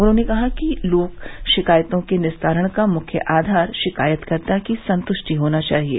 उन्होंने कहा कि लोक शिकायतों के निस्तारण का मुख्य आधार शिकायतकर्ता की संतुष्टि होना चाहिये